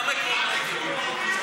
אותם עקרונות,